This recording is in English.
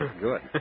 Good